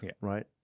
right